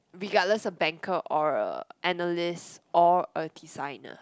regardless of Banker or a Analyst or a Designer